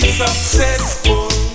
successful